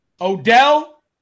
Odell